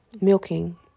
milking